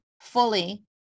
fully